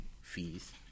fees